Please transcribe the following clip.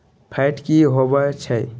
Fat की होवछै?